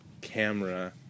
camera